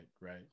right